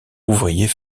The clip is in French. ouvrier